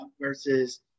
versus